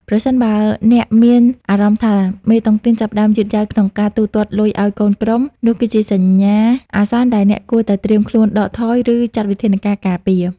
ប្រសិនបើអ្នកមានអារម្មណ៍ថា "មេតុងទីនចាប់ផ្ដើមយឺតយ៉ាវក្នុងការទូទាត់លុយឱ្យកូនក្រុម" នោះគឺជាសញ្ញាអាសន្នដែលអ្នកគួរតែត្រៀមខ្លួនដកថយ ឬចាត់វិធានការការពារ។